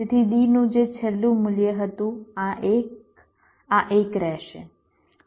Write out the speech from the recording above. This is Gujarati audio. તેથી D નું જે છેલ્લું મૂલ્ય હતું આ 1 આ 1 રહેશે